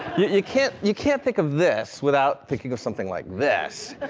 you can't you can't think of this without thinking of something like this,